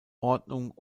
ordnung